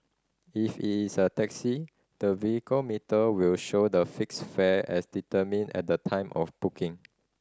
if it is a taxi the vehicle meter will show the fixed fare as determined at the time of booking